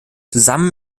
zusammen